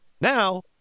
Now